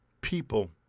People